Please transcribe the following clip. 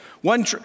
One